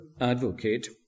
advocate